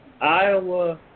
Iowa